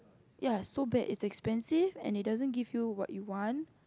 ya so bad is expensive and it doesn't give you what you want